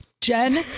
Jen